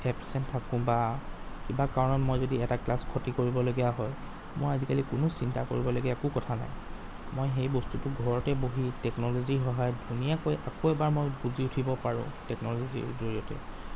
absent থাকোঁ বা কিবা কাৰণত মই যদি এটা ক্লাছ ক্ষতি কৰিবলগীয়া হয় মই আজিকালি কোনো চিন্তা কৰিবলগীয়া একো কথা নাই মই সেই বস্তুটো ঘৰতে বহি টেনকলজিৰ সহায়ত ধুনীয়াকৈ আকৌ এবাৰ মই বুজি উঠিব পাৰোঁ টেকনলজিৰ জৰিয়তে